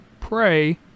pray